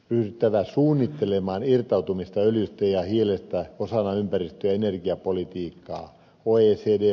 ryhdyttävä suunnittelemaan irtautumista öljystä ja hiilestä osana ympäristö ja energiapolitiikkaa